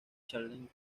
challenge